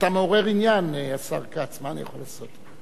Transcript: אתה מעורר עניין, השר כץ, מה אני יכול לעשות?